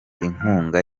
inkunga